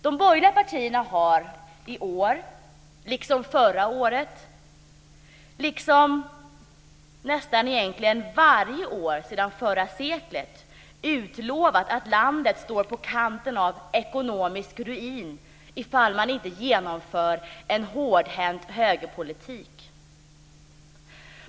De borgerliga partierna har i år liksom förra året, liksom egentligen nästan varje år sedan förra seklets början, utlovat att landet står på kanten av ekonomisk ruin ifall man inte genomför en hårdhänt högerpolitik.